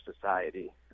society